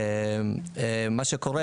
מה שקורה,